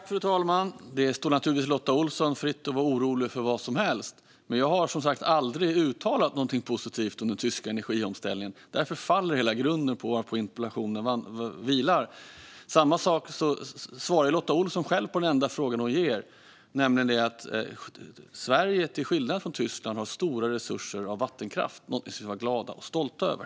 Fru talman! Det står naturligtvis Lotta Olsson fritt att vara orolig över vad som helst, men jag har som sagt aldrig uttalat något positivt om den tyska energiomställningen. Därför faller hela grunden på vilken interpellationen vilar. Lotta Olsson svarar själv på den enda fråga hon ställer, nämligen att Sverige till skillnad från Tyskland har stora resurser av vattenkraft. Det är något som vi ska vara glada och stolta över.